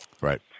Right